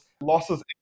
losses